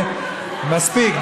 מספיק,